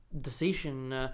decision